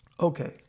Okay